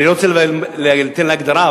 אני לא רוצה לתת לה הגדרה,